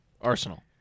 Arsenal